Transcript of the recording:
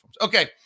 Okay